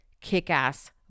kick-ass